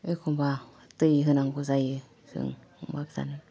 एखमबा दै होनांगौ जायो जों अमा फिसानो